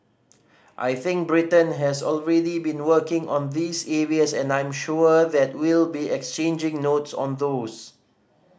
I think Britain has already been working on these areas and I'm sure that we'll be exchanging notes on those